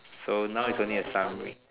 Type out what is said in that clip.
so now it's only a summary